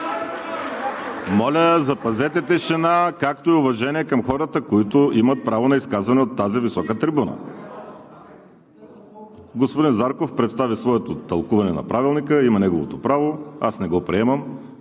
Моля, запазете тишина, както и уважение към хората, които имат право на изказване от тази висока трибуна! Господин Зарков представи своето тълкуване на Правилника, има неговото право. Аз не го приемам.